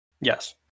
yes